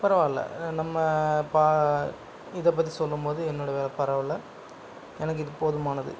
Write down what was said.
பரவாயில்ல நம்ம இதை பற்றி சொல்லும் போது என்னோட பரவாயில்ல எனக்கு இது போதுமானது